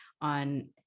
on